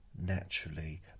Naturally